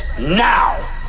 now